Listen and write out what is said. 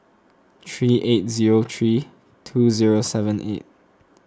three eight zero three two zero seven eight